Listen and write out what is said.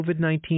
COVID-19